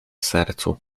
sercu